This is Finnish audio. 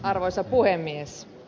arvoisa puhemies